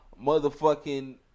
motherfucking